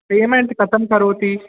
payment कथं करोति